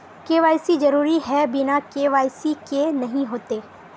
KYC जरुरी है बिना के.वाई.सी के नहीं होते?